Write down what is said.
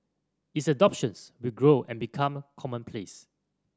its adoptions will grow and become commonplace